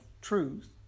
truth